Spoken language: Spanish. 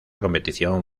competición